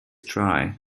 try